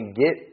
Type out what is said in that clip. get